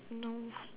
no